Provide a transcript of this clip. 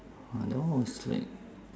ah that one was like